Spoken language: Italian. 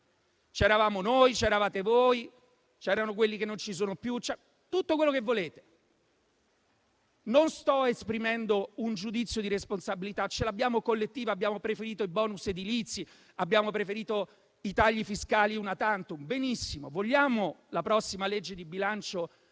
C'eravamo, noi c'eravate voi, c'erano quelli che non ci sono più. Tutto quello che volete, non sto esprimendo un giudizio di responsabilità, perché questa è collettiva a noi. Abbiamo preferito i *bonus* edilizi, abbiamo preferito i tagli fiscali *una tantum*. Benissimo, ma vogliamo, con la prossima legge di bilancio,